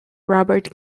robert